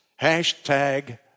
Hashtag